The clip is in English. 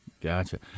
gotcha